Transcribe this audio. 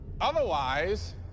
Otherwise